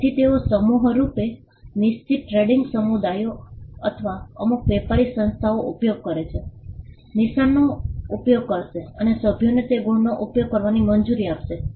તેથી તેઓ સામૂહિક રૂપે નિશ્ચિત ટ્રેડિંગ સમુદાયો અથવા અમુક વેપારી સંસ્થાઓ ઉપયોગ કરે છે નિશાનનો ઉપયોગ કરશે અને સભ્યોને તે ગુણનો ઉપયોગ કરવાની મંજૂરી આપશે